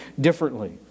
differently